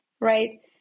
right